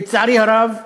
לצערי הרב,